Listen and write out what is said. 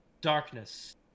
Darkness